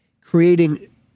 creating